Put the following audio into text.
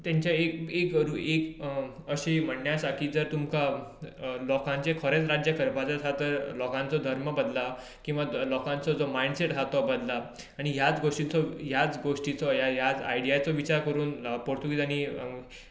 ताचे एक एक अशी म्हण्णी आसा की जर तुमकां लोकांचेर खरेंच राज्य करपाचे आसत तर लोकांचो धर्म बद्दला किंवा लोकांचो जो मायंडसॅट आसा तो बद्दला आनी ह्याच गोश्टीचो ह्याच गोश्टीचो ह्याच आयडियाचो विचार करून पोर्तुगेजांनी